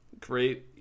Great